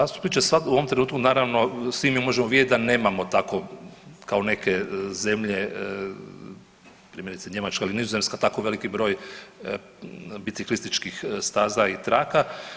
G. zastupniče, sad u ovom trenutku naravno svi mi možemo vidjeti da nemamo tako kao neke zemlje, primjerice Njemačka ili Nizozemska tako veliki broj biciklističkih staza i traka.